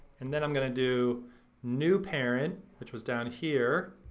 and then i'm gonna do new parent which was down here.